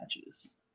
matches